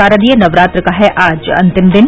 शारदीय नवरात्र का आज है अंतिम दिन